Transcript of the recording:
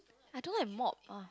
I don't like to mop